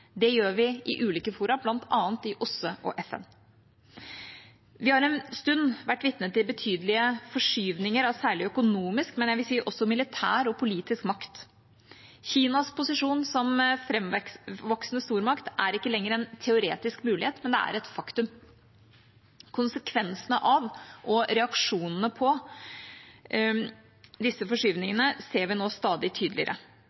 gjør vi i ulike fora, bl.a. i OSSE og FN. Vi har en stund vært vitne til betydelige forskyvninger av særlig økonomisk, men jeg vil si også militær og politisk, makt. Kinas posisjon som framvoksende stormakt er ikke lenger en teoretisk mulighet, det er et faktum. Konsekvensene av, og reaksjonene på, disse forskyvningene ser vi nå stadig tydeligere.